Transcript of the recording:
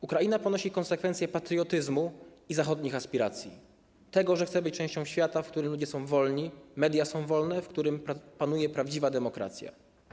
Ukraina ponosi konsekwencje patriotyzmu i zachodnich aspiracji, tego, że chce być częścią świata, w którym ludzie są wolni, media są wolne, w którym panuje prawdziwa demokracja.